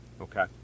Okay